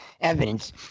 evidence